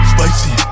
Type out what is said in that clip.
Spicy